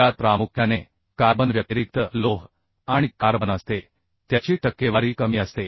ज्यात प्रामुख्याने कार्बन व्यतिरिक्त लोह आणि कार्बन असते त्याची टक्केवारी कमी असते